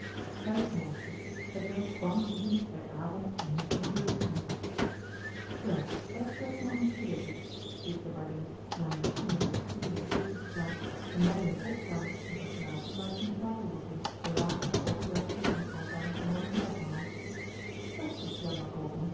vijfde hoofdstuk hetwelk bange lieden bij avond niet moeten lezen wel dat treft nou ongelukkig riep de waardin na mijn schoenen bij het vuur in de keuken geplaatst en mij in een opkamertje te hebben gelaten waar zich een tafel bevond beladen met de overblijfselen van een aldaar gehouden middagmaal dat is jammer